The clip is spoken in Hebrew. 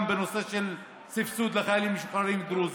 גם בנושא של סבסוד לחיילים משוחררים דרוזים.